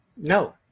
No